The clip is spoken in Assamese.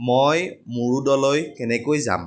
মই মুৰুডলৈ কেনেকৈ যাম